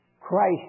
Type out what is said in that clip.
Christ